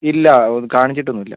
ഇല്ല ഒന്നും കാണിച്ചിട്ടൊന്നും ഇല്ല